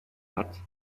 hat